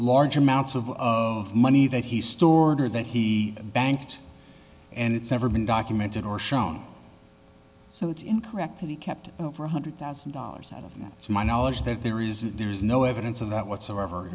large amounts of of money that he stored or that he banked and it's never been documented or shown so it's incorrect that he kept one hundred thousand dollars out of not to my knowledge that there is there is no evidence of that whatsoever